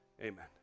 Amen